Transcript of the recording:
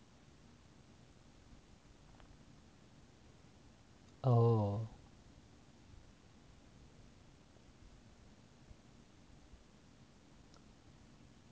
oh